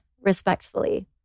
respectfully